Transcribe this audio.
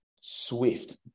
Swift